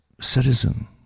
citizen